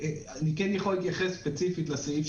אני מתכבד לפתוח את ישיבת ועדת הכלכלה של הכנסת.